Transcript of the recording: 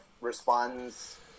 responds